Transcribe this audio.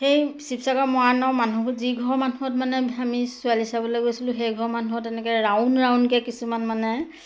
সেই ছিৱছাগৰ মৰাণৰ মানুহবোৰ যি ঘৰ মানুহত মানে আমি ছোৱালী চাবলৈ গৈছিলোঁ সেই ঘৰ মানুহত এনেকে ৰাউণ্ড ৰাউণ্ডকে কিছুমান মানে